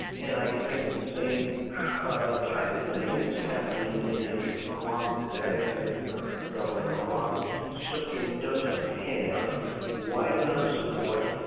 and i think the same ah type of thing is happening in iraq today. i think the current government of iraq simply doesn't have wide enough support,